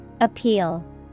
Appeal